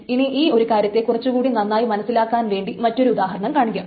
ഇനി ഈ ഒരു കാര്യത്തെ കുറച്ചു കൂടി നന്നായി മനസ്സിലാക്കിക്കാൻ വേണ്ടി മറ്റൊരു ഉദാഹരണം കാണിക്കാം